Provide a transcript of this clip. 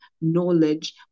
knowledge